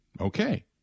Okay